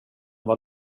var